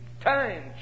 Time